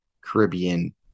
Caribbean